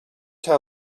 how